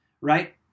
right